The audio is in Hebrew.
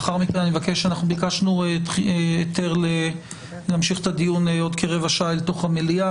אנחנו ביקשנו היתר להמשיך את הדיון עוד כרבע שעה אל תוך המליאה